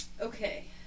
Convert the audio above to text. okay